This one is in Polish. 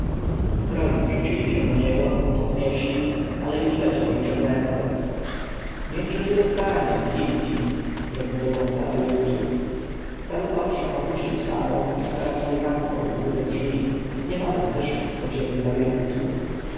zbrojni rzucili się na niego podnieśli ale już leciał im przez ręce niechże tu zostanie jak inni rzekł dozorca labiryntu cały orszak opuścił salę i starannie zamknął ukryte drzwi niebawem wyszli z podziemiów